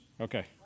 Okay